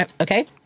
okay